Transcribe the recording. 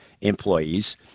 employees